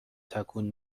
تکون